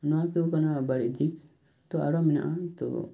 ᱱᱚᱶᱟ ᱠᱚᱜᱮ ᱠᱟᱱᱟ ᱵᱟᱲᱤᱡ ᱫᱤᱠ ᱛᱚ ᱟᱨᱚ ᱢᱮᱱᱟᱜᱼᱟ ᱛᱚ